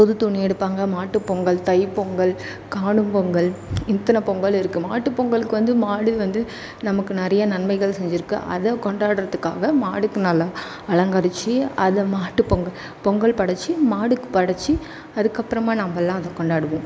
புது துணி எடுப்பாங்க மாட்டு பொங்கல் தை பொங்கல் காணும்பொங்கல் இத்தனை பொங்கல் இருக்குது மாட்டு பொங்கலுக்கு வந்து மாடு வந்து நமக்கு நிறையா நன்மைகள் செஞ்சுருக்கு அதை கொண்டாடுறதுக்காக மாடுக்கு நல்லா அலங்கரித்து அதை மாட்டு பொங்க பொங்கல் படைத்து மாடுக்கு படைத்து அதுக்கப்புறமாக நம்மளலாம் அதை கொண்டாடுவோம்